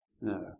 No